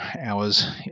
hours